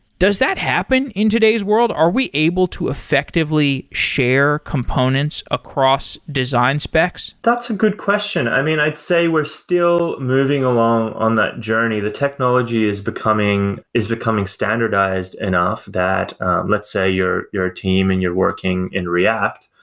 does that happen in today's world? are we able to effectively share components across design specs? that's a good question. i mean, i'd say we're still moving along on that journey. the technology is becoming is becoming standardized enough that let's say you're you're a team and you're working in react,